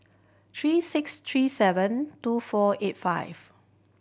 three six three seven two four eight five